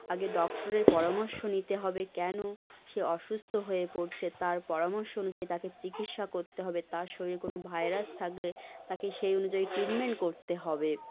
আগে ডক্টরের পরামর্শ নিতে হবে কেন সে অসুস্থ হয়ে পড়ছে তার পরামর্শ অনুযায়ী তাকে চিকিৎসা করতে হবে তার শরীরে কোনো ভাইরাস থাকলে তাকে সেই অনুযায়ী ট্রিটমেন্ট করতে হবে